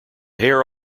hair